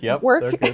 work